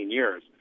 years